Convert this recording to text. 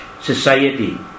society